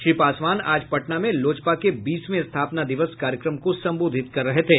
श्री पासवान आज पटना में लोजपा के बीसवें स्थापना दिवस कार्यक्रम को संबोधित कर रहे थे